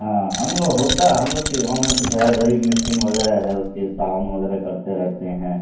ہاں ہم لوگ ہوتا ہم لوگ گاؤں میں کچھ ہے غریب مسکین وغیرہ ہے اس کے تعاون وغیرہ کرتے رہتے ہیں